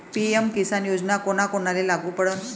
PM Kisan योजना कोना कोनाले लागू पडन?